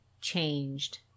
changed